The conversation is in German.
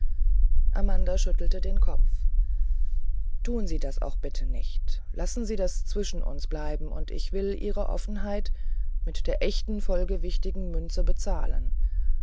amanda schüttelte den kopf tun sie das auch nicht bitte lassen sie das zwischen uns bleiben und ich will ihre offenheit mit der echten vollgewichtigen münze bezahlen